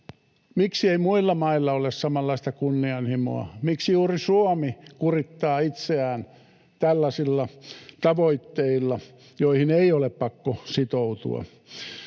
Miksi ei muilla mailla ole samanlaista kunnianhimoa, miksi juuri Suomi kurittaa itseään tällaisilla tavoitteilla, joihin ei ole pakko sitoutua?